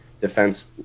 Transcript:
defense